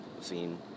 scene